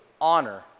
honor